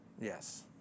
Yes